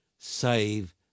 save